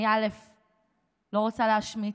אני לא רוצה להשמיץ,